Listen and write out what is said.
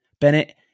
Bennett